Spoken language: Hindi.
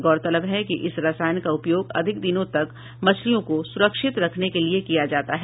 गौरतलब है कि इस रसायन का उपयोग अधिक दिनों तक मछलियों को सुरक्षित रखने के लिये किया जाता है